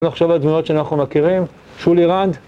אפשר לחשוב על דמויות שאנחנו מכירים, שולי רנד.